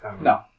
No